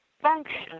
function